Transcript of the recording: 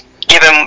given